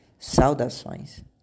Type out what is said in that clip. Saudações